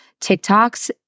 TikToks